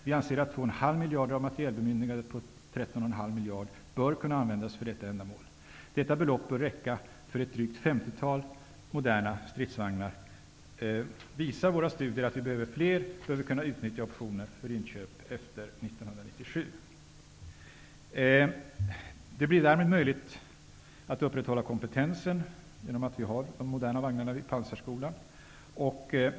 Vi anser att 2,5 miljarder kronor av materielbemyndigandet på 13,5 miljarder kronor bör kunna användas för detta ändamål. Detta belopp bör räcka för drygt ett 50-tal moderna stridsvagnar. Visar våra studier att vi behöver fler, bör vi kunna utnyttja optioner för inköp efter 1997. Skövde blir det möjligt att upprätthålla kompetensen inom truppslaget.